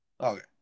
Okay